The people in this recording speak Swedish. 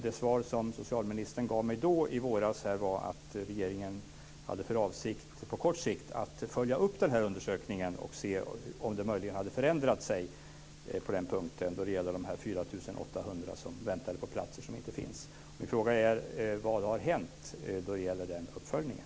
Det svar som socialministern gav mig då, i våras, var att regeringen på kort sikt hade för avsikt att följa upp denna undersökning och se om det möjligen hade förändrat sig då det gällde dessa 4 800 som väntade på platser som inte finns. Min fråga är: Vad har hänt då det gäller den uppföljningen?